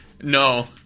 No